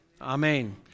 Amen